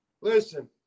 Listen